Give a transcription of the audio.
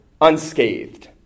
unscathed